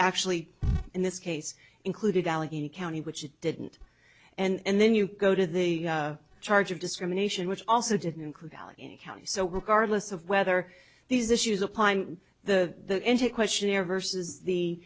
actually in this case included allegheny county which it didn't and then you go to the charge of discrimination which also didn't include allegheny county so regardless of whether these issues upon the questionnaire versus the